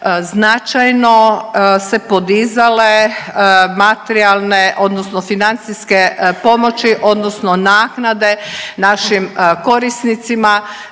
značajno se podizale materijalne odnosno financijske pomoći odnosno naknade našim korisnicima,